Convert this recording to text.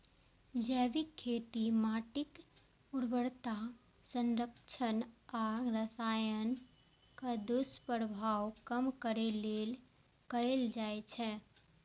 जैविक खेती माटिक उर्वरता संरक्षण आ रसायनक दुष्प्रभाव कम करै लेल कैल जाइ छै